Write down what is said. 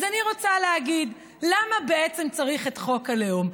אז אני רוצה להגיד למה בעצם צריך את חוק הלאום,